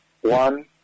one